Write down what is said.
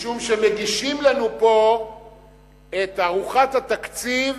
משום שמגישים לנו פה את ארוחת התקציב